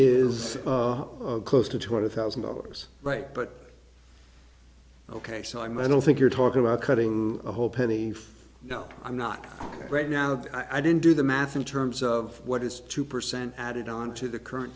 is close to two hundred thousand dollars right but ok so i mean i don't think you're talking about cutting a whole penny no i'm not right now i didn't do the math in terms of what is two percent added on to the current